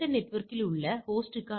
71 என்று சொல்கிறேன்